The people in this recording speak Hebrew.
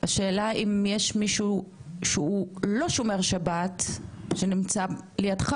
השאלה אם יש מישהו שהוא לא שומר שבת שנמצא לידך